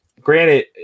granted